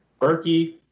Berkey